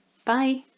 bye!